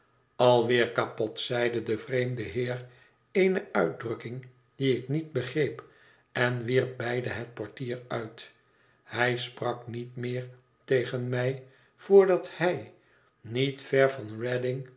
weer kapot zeide de vreemde heer eene uitdrukking die ik niet begreep en wierp beide het portier uit hij sprak niet meer tegen mij voordat hij niet ver van